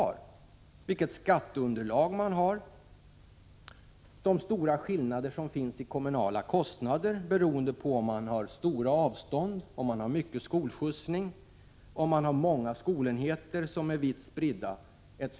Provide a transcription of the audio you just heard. Där finns skillnader i skatteunderlag, men också stora skillnader i kommunala kostnader, beroende på om det är stora avstånd i en kommun, om man har en omfattande skolskjutsning, många skolenheter som är vitt spridda, etc.